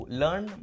learn